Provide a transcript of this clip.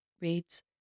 reads